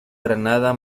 granada